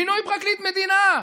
מינוי פרקליט מדינה.